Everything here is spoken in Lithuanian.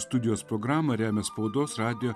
studijos programą remia spaudos radijo